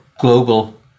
global